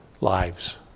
lives